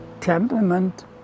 temperament